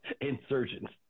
insurgents